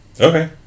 okay